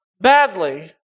badly